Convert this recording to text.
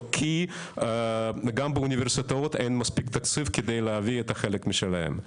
כי גם באוניברסיטאות אין מספיק תקציב כדי להביא את החלק שלהם.